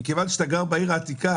מכיוון שאתה גר בעיר העתיקה,